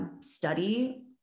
study